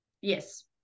Yes